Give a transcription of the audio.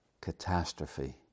catastrophe